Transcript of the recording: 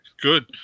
good